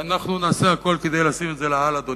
ואנחנו נעשה הכול כדי לשים את זה לאל, אדוני,